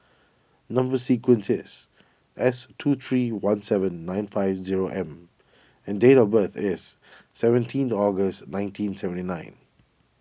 Number Sequence is S two three one seven nine five zero M and date of birth is seventeen August nineteen seventy nine